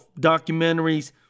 documentaries